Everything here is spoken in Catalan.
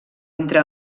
entre